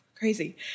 crazy